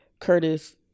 Curtis